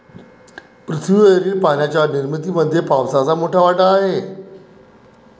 पृथ्वीवरील पाण्याच्या निर्मितीमध्ये पावसाचा मोठा वाटा आहे